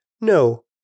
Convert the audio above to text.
No